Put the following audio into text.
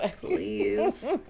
Please